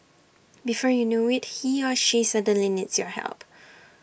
before you know IT he or she suddenly needs your help